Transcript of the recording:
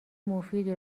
مفیدی